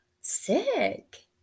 Sick